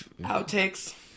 Outtakes